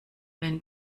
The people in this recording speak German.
wenn